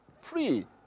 free